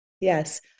Yes